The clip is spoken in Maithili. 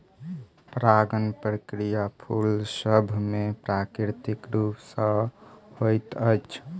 परागण प्रक्रिया फूल सभ मे प्राकृतिक रूप सॅ होइत अछि